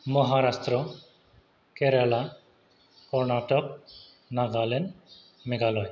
Maharashtra Kerala Karnataka Nagaland Meghalaya